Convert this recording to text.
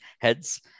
heads